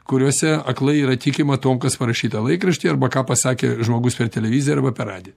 kuriose aklai yra tikima tuom kas parašyta laikrašty arba ką pasakė žmogus per televiziją arba per radiją